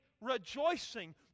rejoicing